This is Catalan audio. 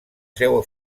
seua